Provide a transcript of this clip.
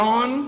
on